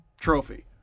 trophy